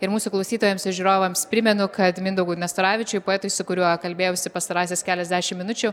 ir mūsų klausytojams ir žiūrovams primenu kad mindaugui nastaravičiui poetui su kuriuo kalbėjausi pastarąsias keliasdešimt minučių